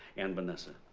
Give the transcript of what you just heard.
and vanessa.